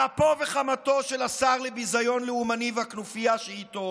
על אפו וחמתו של השר לביזיון לאומני והכנופיה שאיתו